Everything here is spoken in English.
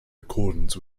accordance